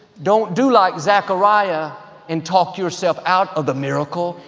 don't do like zechariah and talk yourself out of the miracle.